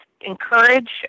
encourage